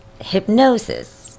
Hypnosis